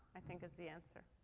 i think, is the answer.